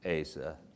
Asa